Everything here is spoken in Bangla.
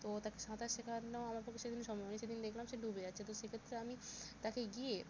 তো তাকে সাঁতার শেখানো আমার পক্ষে সেদিন সম্ভন হয় নি সেদিন দেখলাম সে ডুবে যাচ্ছে তো সেইক্ষেত্রে আমি তাকে গিয়ে